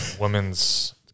women's